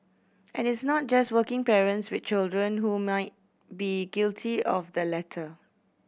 and it's not just working parents with children who may be guilty of the latter